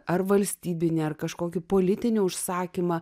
ar valstybinį ar kažkokį politinį užsakymą